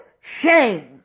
shame